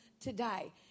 today